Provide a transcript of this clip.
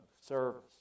service